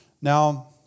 Now